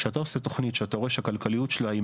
כשאתה עושה תוכנית שאתה רואה שהכלכליות שלה היא